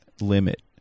limit